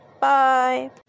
bye